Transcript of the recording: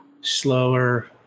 Slower